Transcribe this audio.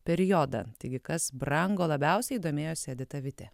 periodą taigi kas brango labiausiai domėjosi edita vitė